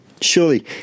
Surely